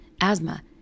asthma